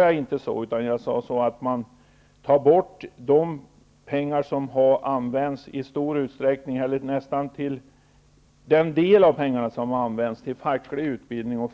Jag sade att de pengar som används till facklig utbildning,